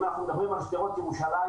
אם אנחנו מדברים על שדרות ירושלים,